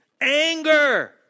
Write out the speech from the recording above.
Anger